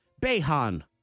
Behan